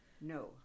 no